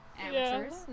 amateurs